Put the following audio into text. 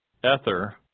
Ether